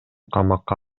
камакка